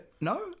No